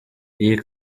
iyi